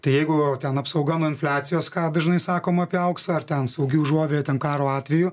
tai jeigu ten apsauga nuo infliacijos ką dažnai sakoma apie auksą ar ten saugi užuovėja ten karo atveju